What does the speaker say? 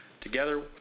together